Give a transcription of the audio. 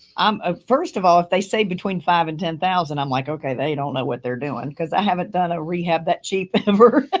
um ah first of all, if they say between five and ten thousand, i'm like, okay, they don't know what they're doing cause i haven't done a rehab that cheap ever.